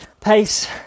pace